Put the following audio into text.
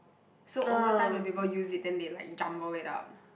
so over time when people use it then they like jumble it up